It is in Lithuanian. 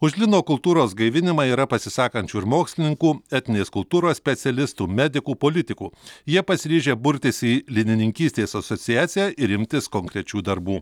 už lino kultūros gaivinimą yra pasisakančių ir mokslininkų etninės kultūros specialistų medikų politikų jie pasiryžę burtis į linininkystės asociaciją ir imtis konkrečių darbų